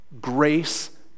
Grace